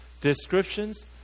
descriptions